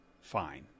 fine